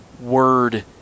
word